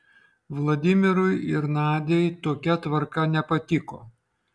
vladimirui ir nadiai tokia tvarka nepatiko